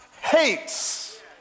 hates